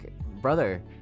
Brother